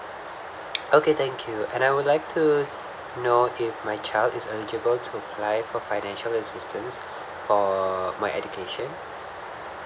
okay thank you and I would like to know if my child is eligible to apply for financial assistance for my education